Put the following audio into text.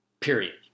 period